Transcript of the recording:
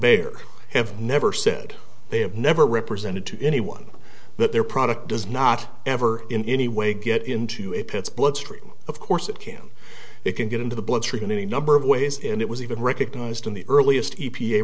invader have never said they have never represented to anyone that their product does not ever in any way get into a pits bloodstream of course it can it can get into the bloodstream in any number of ways and it was even recognized in the earliest e